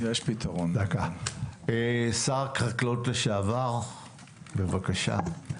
שר החקלאות לשעבר, בבקשה.